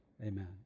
amen